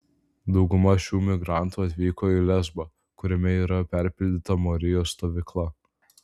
dauguma šių migrantų atvyko į lesbą kuriame yra perpildyta morijos stovykla